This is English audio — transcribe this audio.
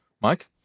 Mike